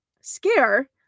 scare